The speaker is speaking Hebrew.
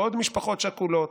לעוד משפחות שכולות,